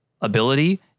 ability